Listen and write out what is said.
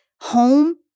home